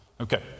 Okay